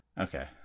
Okay